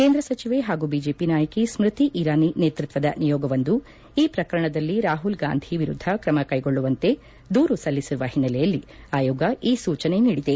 ಕೇಂದ್ರ ಸಚಿವೆ ಹಾಗೂ ಬಿಜೆಪಿ ನಾಯಕಿ ಸ್ಟ್ಯತಿ ಇರಾನಿ ನೇತ್ಪತ್ಲದ ನಿಯೋಗವೊಂದು ಈ ಪ್ರಕರಣದಲ್ಲಿ ರಾಹುಲ್ ಗಾಂಧಿ ವಿರುದ್ದ ಕ್ರಮ ಕೈಗೊಳ್ಳುವಂತೆ ದೂರು ಸಲ್ಲಿಸಿರುವ ಹಿನ್ನೆಲೆಯಲ್ಲಿ ಆಯೋಗ ಈ ಸೂಚನೆ ನೀಡಿದೆ